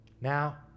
Now